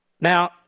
Now